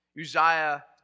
Uzziah